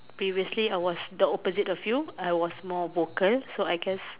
previously I was the opposite of you I was more vocal so I guess